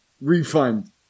refund